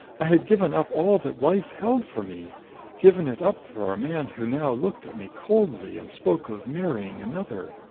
i had given up all that life held for me given it up for a man who now looked at me coldly and spoke of marrying another.